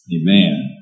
amen